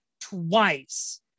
twice